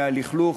מהלכלוך,